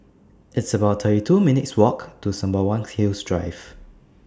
It's about thirty two minutes' Walk to Sembawang Hills Drive